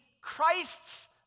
Christ's